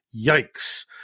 Yikes